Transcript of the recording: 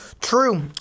true